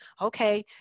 okay